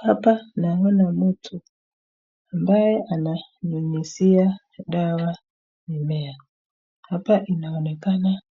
Hapa naona mtu ambaye ananyunyusia dawa mimea, hapa inaonekana